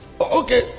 Okay